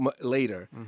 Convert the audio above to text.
later